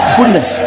Goodness